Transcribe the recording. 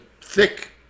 thick